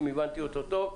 אם הבנתי אותו טוב,